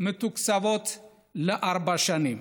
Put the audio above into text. מתוקצבות לארבע שנים.